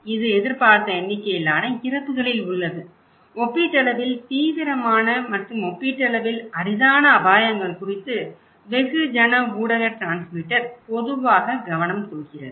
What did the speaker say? இது எதிர்பார்த்த எண்ணிக்கையிலான இறப்புகளில் உள்ளது ஒப்பீட்டளவில் தீவிரமான மற்றும் ஒப்பீட்டளவில் அரிதான அபாயங்கள் குறித்து வெகுஜன ஊடக டிரான்ஸ்மிட்டர் பொதுவாக கவனம் கொள்கிறது